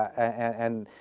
and